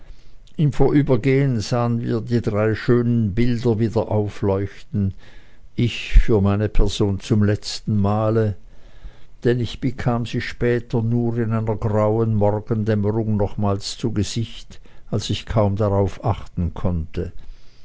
im vorübergehen sahen wir die drei schönen bilder wieder aufleuchten ich für meine person zum letzten male denn ich bekam sie später nur in einer grauen morgendämmerung nochmals zu gesicht als ich kaum darauf achten konnte